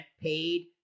paid